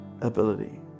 ability